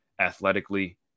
athletically